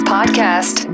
Podcast